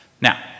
Now